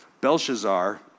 Belshazzar